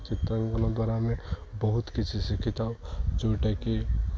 ଚିତ୍ରାଙ୍କନ ଦ୍ୱାରା ଆମେ ବହୁତ କିଛି ଶିଖିଥାଉ ଯେଉଁଟାକି